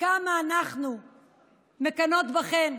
כמה אנחנו מקנאות בכן,